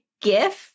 gift